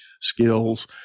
skills